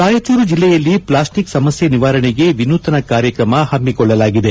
ರಾಯಚೂರು ಜಲ್ಲೆಯಲ್ಲಿ ಪ್ಲಾಸ್ಸಿಕ್ ಸಮಸ್ಯೆ ನಿವಾರಣೆಗೆ ವಿನೂತನ ಕಾರ್ಯಕ್ರಮ ಪಮ್ನಿಕೊಳ್ಳಲಾಗಿದೆ